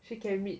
she can meet